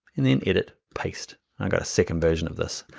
and then edit paste. i've got a second version of this,